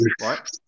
right